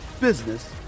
business